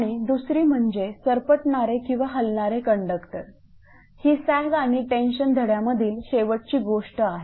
आणि दुसरी म्हणजे सरपटणारे किंवा हलणारे कंडक्टर ही सॅग आणि टेन्शन धड्यामधील शेवटची गोष्ट आहे